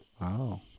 Wow